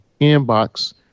inbox